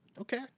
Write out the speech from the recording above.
Okay